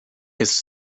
his